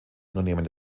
unternehmen